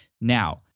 Now